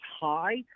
high